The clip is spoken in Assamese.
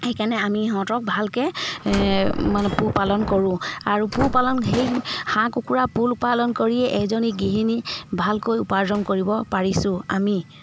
সেইকাৰণে আমি সিহঁতক ভালকৈ মানে পোহপালন কৰো আৰু পোহ পালন সেই হাঁহ কুকুৰা পোহ পালন কৰিয়েই এজনী গৃহিণী ভালকৈ উপাৰ্জন কৰিব পাৰিছো আমি